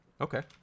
Okay